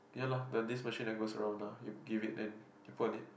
ya lah the this machine that goes around ah you give it then you put on it